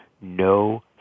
no